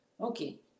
okay